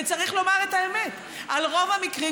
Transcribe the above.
וצריך לומר את האמת: על רוב המקרים,